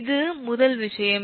இது முதல் விஷயம்